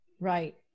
Right